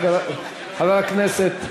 (קוראת בשמות חברי הכנסת)